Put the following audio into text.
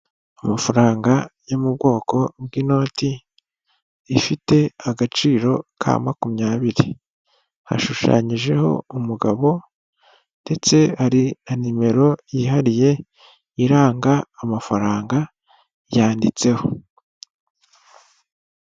Amafaranga yo mu bwoko bw'inoti ifite agaciro ka makumyabiri hashushanyijeho umugabo ndetse hari na nimero yihariye iranga amafaranga yanditseho.